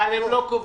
אבל הם לא קובעים.